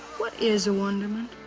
what is a wonderment?